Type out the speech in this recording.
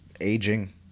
aging